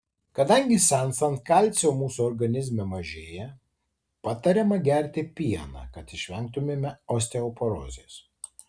kadangi senstant kalcio mūsų organizme mažėja patariama gerti pieną kad išvengtumėme osteoporozės